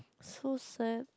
so sad